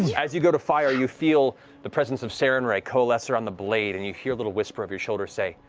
yeah as you go to fire, you feel the presence of sarenrae coalesce around the blade, and you hear a little whisper over your shoulder say,